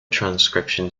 transcription